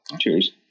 Cheers